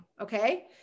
Okay